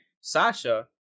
Sasha